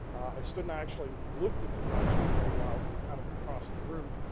i stood and i actually looked at the project for a while from kind of across the room,